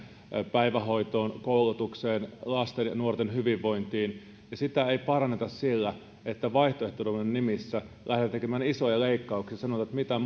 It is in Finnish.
päivähoitoon koulutukseen lasten ja nuorten hyvinvointiin ja sitä ei paranneta sillä että vaihtoehdottomuuden nimissä lähdetään tekemään isoja leikkauksia sanotaan että mitään